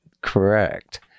correct